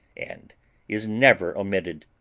and is never omitted.